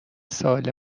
سوال